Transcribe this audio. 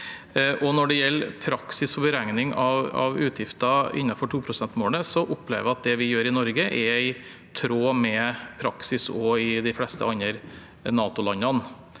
Når det gjelder praksis for beregning av utgifter innenfor 2-prosentmålet, opplever jeg at det vi gjør i Norge, er i tråd med praksis også i de fleste andre NATOlandene.